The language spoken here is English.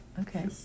Okay